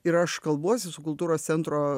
ir aš kalbuosi su kultūros centro